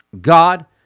God